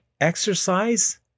exercise